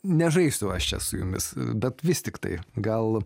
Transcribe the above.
nežaisiu aš čia su jumis bet vis tiktai gal